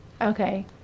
okay